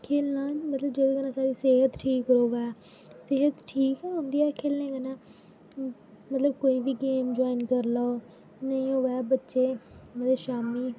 खेल्लना मतलब जोह्दे कन्नै साढ़ी सेह्त ठीक रोहे सेह्त ठीक होंदी ऐ खेल्लने कन्नै मतलब कोई बी गेम ज्वॉइन करी लैओ नेईं होऐ बच्चें मतलब शामीं